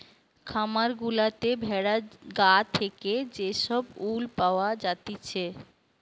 খামার গুলাতে ভেড়ার গা থেকে যে সব উল পাওয়া জাতিছে